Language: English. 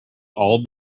all